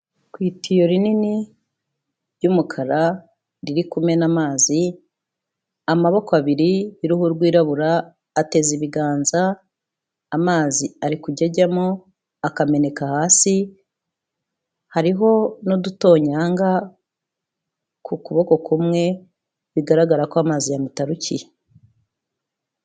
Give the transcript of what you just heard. Ku itiyo rinini ry'umukara, riri kumena amazi, amaboko abiri y'uruhu rwirabura, ateze ibiganza, amazi ari kujya ajyamo akameneka, hasi hariho n'udutonyanga ku kuboko kumwe, bigaragara ko amazi yamutarukiye.